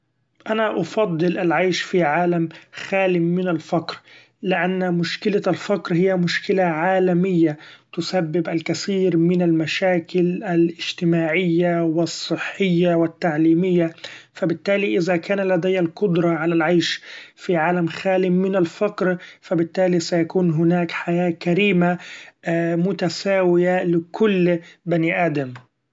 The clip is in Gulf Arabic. أنا أفضل العيش في عالم خال من الفقر لأن مشكلة الفقر هي مشكلة عالمية تسبب الكثير من المشاكل الإجتماعية و الصحية و التعليمية ، ف بالتالي إذا كان لدي القدرة علي العيش في عالم خال من الفقر ف بالتالي سيكون هناك حياة كريمة متساوية لكل بني آدم.